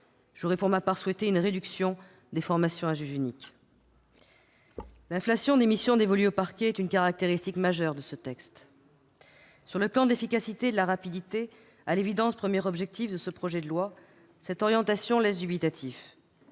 J'aurais pour ma part souhaité une réduction des formations à juge unique. L'inflation des missions dévolues au parquet est une caractéristique majeure du texte. Sur le plan de l'efficacité et de la rapidité- c'est à l'évidence le premier objectif du projet de loi -, une telle orientation laisse dubitatif.